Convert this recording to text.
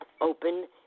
open